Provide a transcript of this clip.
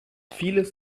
vieles